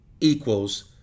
equals